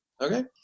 Okay